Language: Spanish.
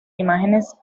imágenes